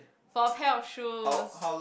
for a pair of shoes